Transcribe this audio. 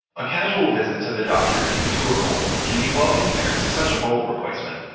a casual visit to the doctor due to cold can be well compared to such bulb replacement.